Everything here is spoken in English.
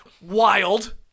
wild